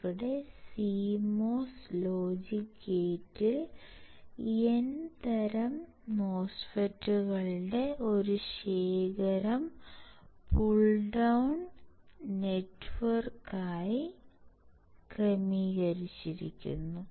ഇവിടെ CMOS logic ഗേറ്റിൽ N തരം MOSFET കളുടെ ഒരു ശേഖരം പുൾ ഡൌൺ നെറ്റ്വർക്ക് ആയി ക്രമീകരിച്ചിരിക്കുന്നു